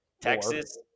Texas